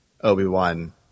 Obi-Wan